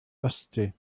ostsee